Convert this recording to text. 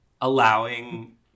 allowing